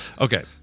Okay